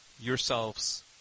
yourselves